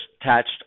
attached